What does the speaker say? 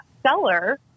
seller